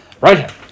Right